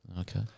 Okay